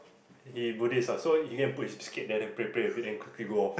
he Buddhist what so he go and put his biscuit there then pray pray a bit then quickly go off